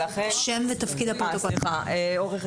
כאמור,